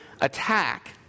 attack